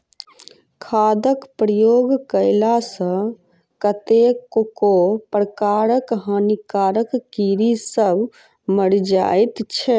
खादक प्रयोग कएला सॅ कतेको प्रकारक हानिकारक कीड़ी सभ मरि जाइत छै